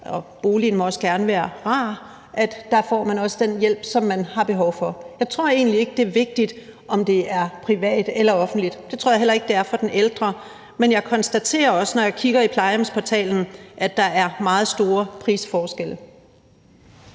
og boligen må også gerne være rar – også er den hjælp, som de har behov for. Jeg tror egentlig ikke, det er vigtigt, om det er privat eller offentligt. Det tror jeg heller ikke det er for den ældre, men jeg konstaterer også, når jeg kigger i plejehjemsportalen, at der er meget store prisforskelle.